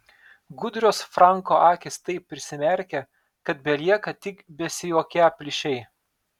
gudrios franko akys taip prisimerkia kad belieka tik besijuokią plyšiai